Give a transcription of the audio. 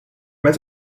met